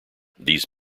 these